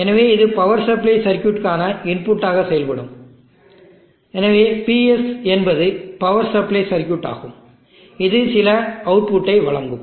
எனவே இது power supply சர்க்யூட்டுக்கான இன்புட் டாக செயல்படும் எனவே PS என்பது பவர் சப்ளை சர்க்கியூட் ஆகும் இது சில அவுட்புட்டை வழங்கும்